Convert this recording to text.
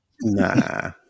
Nah